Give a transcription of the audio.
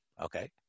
okay